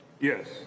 Yes